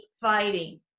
fighting